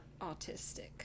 autistic